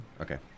Okay